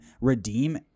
redeem